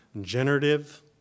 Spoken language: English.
generative